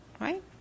right